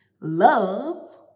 love